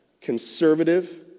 conservative